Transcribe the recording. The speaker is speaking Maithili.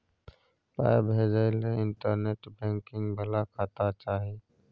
पाय भेजय लए इंटरनेट बैंकिंग बला खाता चाही